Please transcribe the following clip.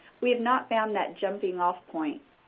we have not found that jumping-off point.